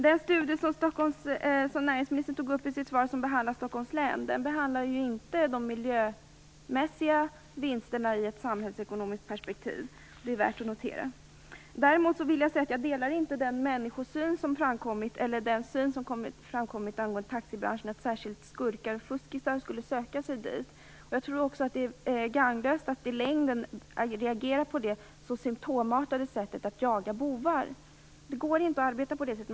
Den studie som näringsministern tog upp i sitt svar och som behandlar Stockholms län behandlar ju inte de miljömässiga vinsterna i ett samhällsekonomiskt perspektiv. Det är värt att notera. Däremot vill jag säga att jag inte delar den syn som framkommit angående taxibranschen, dvs. att särskilt skurkar och fuskisar skulle söka sig till den. Jag tror och att det är gagnlöst att i längden reagera på det symptomartade sättet att jaga bovar. Det går inte att arbeta på det sättet.